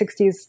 60s